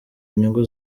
nyungu